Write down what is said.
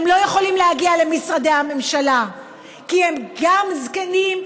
הם לא יכולים להגיע למשרדי הממשלה כי הם גם זקנים,